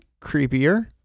creepier